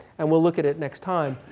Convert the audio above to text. and we'll look at it next time.